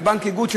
בבנק איגוד,